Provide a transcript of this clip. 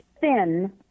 thin